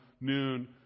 noon